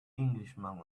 englishman